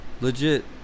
legit